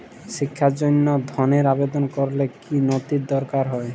শিক্ষার জন্য ধনের আবেদন করলে কী নথি দরকার হয়?